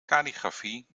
kalligrafie